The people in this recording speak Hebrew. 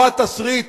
או התסריט